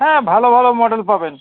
হ্যাঁ ভালো ভালো মডেল পাবেন